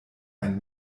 ein